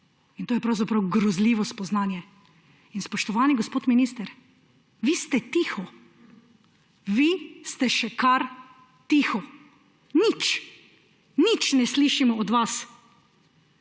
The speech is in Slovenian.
To je pravzaprav grozljivo spoznanje. Spoštovani gospod minister, vi ste tiho. Vi ste še kar tiho. Nič. Nič ne slišimo od vas.